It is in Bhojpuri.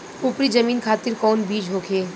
उपरी जमीन खातिर कौन बीज होखे?